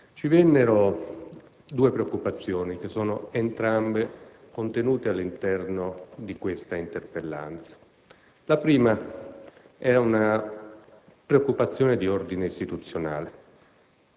Ci vennero due preoccupazioni, entrambe espresse attraverso questa interpellanza. La prima fu una preoccupazione di ordine istituzionale.